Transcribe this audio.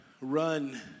run